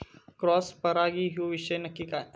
Cross परागी ह्यो विषय नक्की काय?